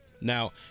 Now